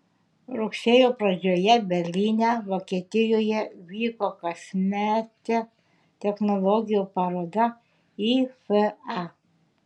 rugsėjo pradžioje berlyne vokietijoje vyko kasmetė technologijų paroda ifa